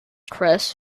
cris